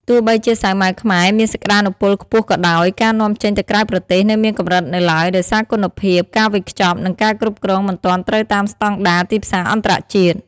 ទោះបីជាសាវម៉ាវខ្មែរមានសក្ដានុពលខ្ពស់ក៏ដោយ ការនាំចេញទៅក្រៅប្រទេសនៅមានកម្រិតនៅឡើយ ដោយសារគុណភាព ការវេចខ្ចប់ និងការគ្រប់គ្រងមិនទាន់ត្រូវតាមស្តង់ដារទីផ្សារអន្តរជាតិ។